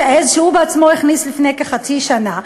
העז שהוא בעצמו הכניס לפני כחצי שנה.